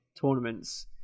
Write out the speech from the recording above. tournaments